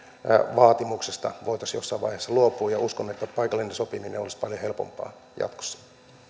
vaatimuksesta voitaisiin jossain vaiheessa luopua ja uskon että että paikallinen sopiminen olisi paljon helpompaa jatkossa